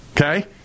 okay